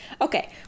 okay